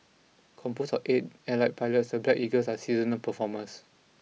composed of eight elite pilots the Black Eagles are seasoned performers